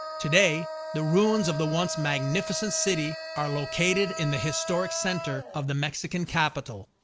today, the ruins of the once magnificent city are located in the historic center of the mexican capital,